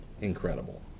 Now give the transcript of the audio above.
incredible